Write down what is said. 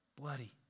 bloody